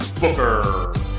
Booker